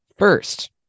First